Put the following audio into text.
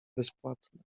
bezpłatne